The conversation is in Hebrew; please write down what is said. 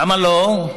למה לא?